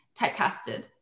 typecasted